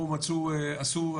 פה עשו,